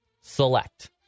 select